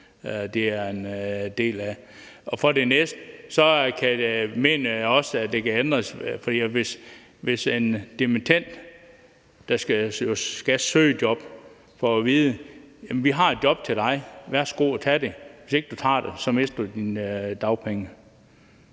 dimittender indgår. For det andet mener jeg også, at det kan ændres, sådan at en dimittend, der skal søge job, får at vide: Vi har et job til dig; værsgo at tage det – hvis ikke du tager det, mister du dine dagpenge.